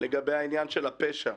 לגבי העניין של הפשע.